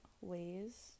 ways